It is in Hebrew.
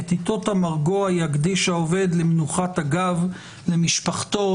את עתות המרגוע יקדיש העובד למנוחת אגב למשפחתו,